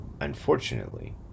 Unfortunately